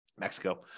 Mexico